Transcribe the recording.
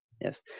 Yes